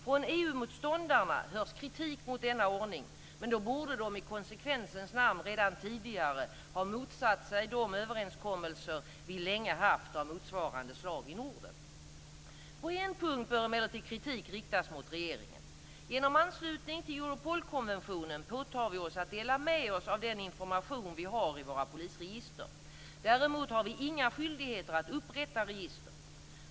Från EU motståndarna hörs kritik mot denna ordning men då borde de i konsekvensens namn redan tidigare ha motsatt sig de överenskommelser av motsvarande slag som vi länge haft i Norden. På en punkt bör emellertid kritik riktas mot regeringen. Genom anslutning till Europolkonventionen påtar vi oss att dela med oss av den information som vi har i våra polisregister. Däremot har vi inga skyldigheter att upprätta register.